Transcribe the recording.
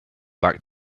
back